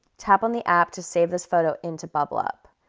tap on the app to save this photo into bublup.